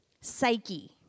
psyche